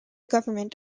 government